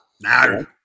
No